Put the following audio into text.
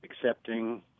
accepting